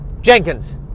Jenkins